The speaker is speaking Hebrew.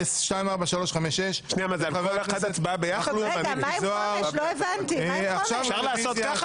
פ/356/24 של חבר הכנסת ------ תקשיבו רגע ותבינו.